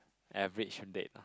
average date